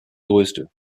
größte